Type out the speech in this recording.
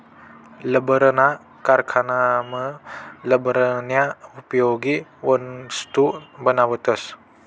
लब्बरना कारखानासमा लब्बरन्या उपयोगी वस्तू बनाडतस